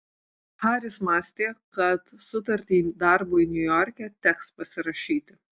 haris mąstė kad sutartį darbui niujorke teks pasirašyti